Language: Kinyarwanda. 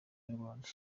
nyarwanda